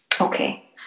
Okay